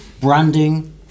branding